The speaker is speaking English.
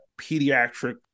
Pediatric